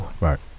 right